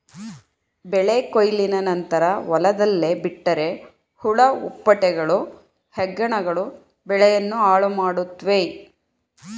ಬೆಳೆ ಕೊಯ್ಲಿನ ನಂತರ ಹೊಲದಲ್ಲೇ ಬಿಟ್ಟರೆ ಹುಳ ಹುಪ್ಪಟೆಗಳು, ಹೆಗ್ಗಣಗಳು ಬೆಳೆಯನ್ನು ಹಾಳುಮಾಡುತ್ವೆ